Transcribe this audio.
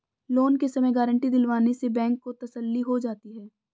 loan के समय guarantee दिलवाने से बैंक को तसल्ली हो जाती है